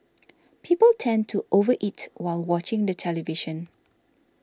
people tend to over eat while watching the television